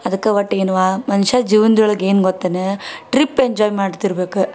ಅದಕ್ಕೆ ಒಟ್ಟು ಏನವ್ವಾ ಮನುಷ್ಯ ಜೀವನದೊಳಗ ಏನು ಗೊತ್ತೇನ ಟ್ರಿಪ್ ಎಂಜಾಯ್ ಮಾಡ್ತಿರ್ಬೇಕು